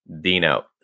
Dino